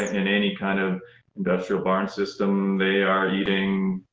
in any kind of industrial barn system, they are eating,